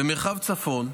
במרחב צפון,